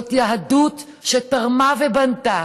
זאת יהדות שתרמה ובנתה